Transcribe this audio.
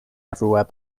everywhere